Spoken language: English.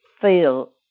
feel